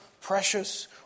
precious